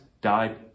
died